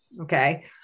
Okay